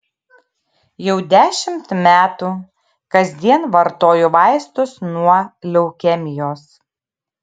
jau dešimt metų kasdien vartoju vaistus nuo leukemijos